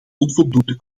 onvoldoende